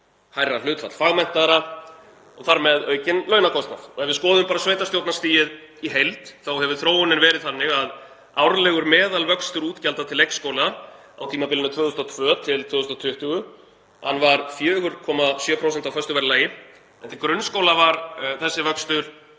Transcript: hærra hlutfall fagmenntaðra og þar með aukinn launakostnað. Ef við skoðum bara sveitarstjórnarstigið í heild þá hefur þróunin verið þannig að árlegur meðalvöxtur útgjalda til leikskóla á tímabilinu 2002–2020 var 4,7% á föstu verðlagi en til grunnskóla var þessi vöxtur